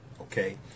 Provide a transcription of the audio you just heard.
Okay